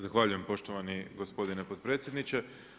Zahvaljujem poštovani gospodine potpredsjedniče.